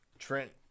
Trent